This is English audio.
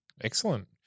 Excellent